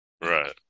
right